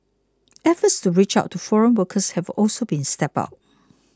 efforts to reach out to foreign workers have also been stepped up